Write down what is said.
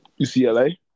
UCLA